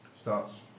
Starts